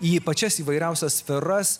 į pačias įvairiausias sferas